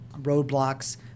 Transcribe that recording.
roadblocks